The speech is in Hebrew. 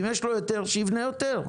אם יש לו יותר שיבנה יותר.